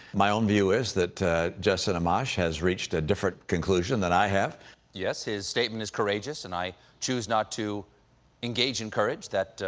my own view is that justin amash has reached a different conclusion than i have. stephen yes, his statement is courageous. and i choose not to engage in courage. that